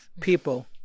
people